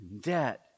debt